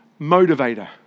motivator